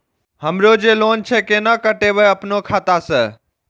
हमरो जे लोन छे केना कटेबे अपनो खाता से?